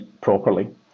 properly